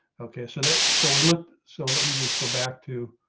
okay, so that so we look. so let me just go back to